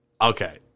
Okay